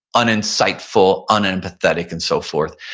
uninsightful, unempathetic and so forth.